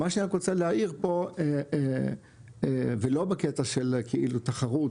מה שאני רק רוצה להעיר פה ולא בקטע של כאילו תחרות